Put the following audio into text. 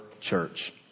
church